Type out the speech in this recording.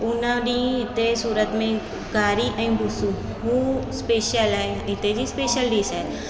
हुन ॾींहं हिते सूरत में घारी ऐं भूसुं उहो स्पेशल आहे हिते जी स्पेशल डिश आहे